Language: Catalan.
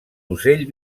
ocell